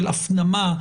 של הפנמה,